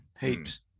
heaps